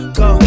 go